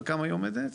על כמה היא עומדת?